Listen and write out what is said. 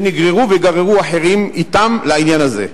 שנגררו וגררו אתם אחרים לעניין הזה.